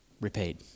repaid